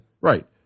Right